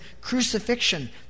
crucifixion